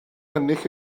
ennill